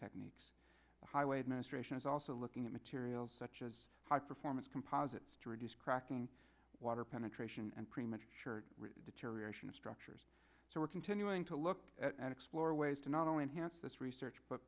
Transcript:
techniques the highway administration is also looking at materials such as high performance composites to reduce cracking water penetration and pretty much assured deterioration of structures so we're continuing to look at and explore ways to not only enhance this research but